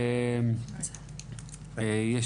יש